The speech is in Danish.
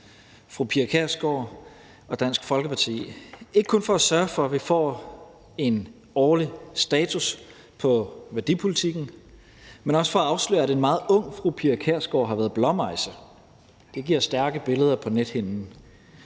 fru Pia Kjærsgaard og Dansk Folkeparti, ikke kun for at sørge for, at vi får en årlig status på værdipolitikken, men også for at afsløre, at en meget ung fru Pia Kjærsgaard har været blåmejse – det giver stærke billeder på nethinden.